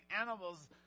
animals